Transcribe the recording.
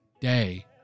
day